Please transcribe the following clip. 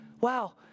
Wow